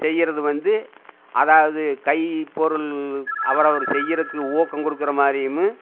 செய்கிறது வந்து அதாவது கைப்பொருள் அவரவர் செய்கிறக்கு ஊக்கம் கொடுக்குற மாதிரியும்